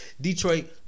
Detroit